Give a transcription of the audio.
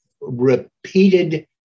repeated